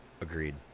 Agreed